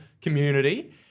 community